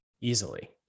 Easily